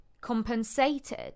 compensated